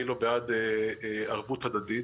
מי לא בעד ערבות הדדית?